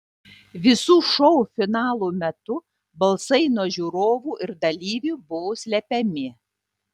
visų šou finalų metu balsai nuo žiūrovų ir dalyvių buvo slepiami